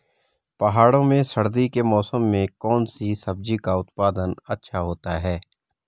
पहाड़ों में सर्दी के मौसम में कौन सी सब्जी का उत्पादन अच्छा होता है?